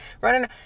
running